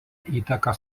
įtaką